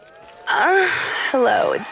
Hello